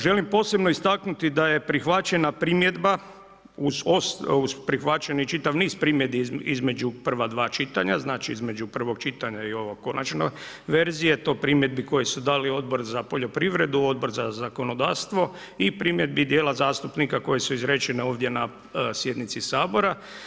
Želim posebno istaknuti da je prihvaćena primjedba, uz prihvaćeni čitav niz primjedbi između prva dva čitanja, znači između prvog čitanja i ove konačne verzije, primjedbi koje su dale Odbor za poljoprivredu, Odbor za zakonodavstvo i primjedbi djela zastupnika koje su izračene ovdje na sjednici Sabora.